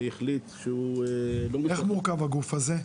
-- איך מורכב הגוף הזה?